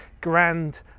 Grand